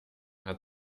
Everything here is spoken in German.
hat